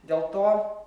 dėl to